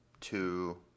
two